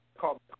Call